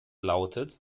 lautet